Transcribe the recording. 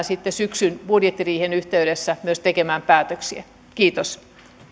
sitten syksyn budjettiriihen yhteydessä myös tekemään päätöksiä kiitos